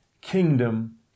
kingdom